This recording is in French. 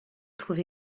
trouve